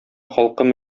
халкым